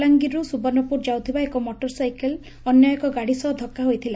ବଲାଙ୍ଗିରରୁ ସୁବର୍ଷପୁର ଯାଉଥିବା ଏକ ମୋଟରସାଇକେଲ ଅନ୍ୟ ଏକ ଗାଡ଼ି ସହ ଧକ୍କା ହୋଇଥିଲା